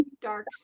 dark